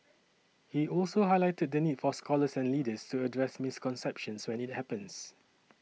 he also highlighted the need for scholars and leaders to address misconceptions when it happens